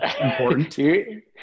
important